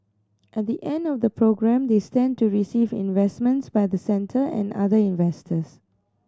at the end of the programme they stand to receive investments by the centre and other investors